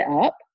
up